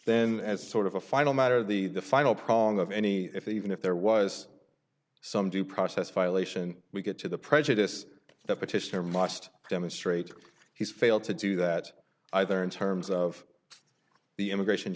then as sort of a final matter the the final problem of any if even if there was some due process violation we get to the prejudice that petitioner marched demonstrates he's failed to do that either in terms of the immigration